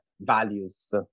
values